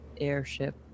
airship